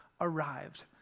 arrived